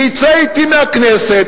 שיצא אתי מהכנסת,